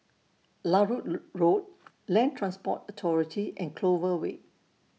Larut Road Land Transport Authority and Clover Way